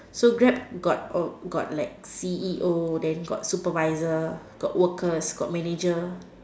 so Grab got got like C_E_O then got supervisor got workers got worker got manager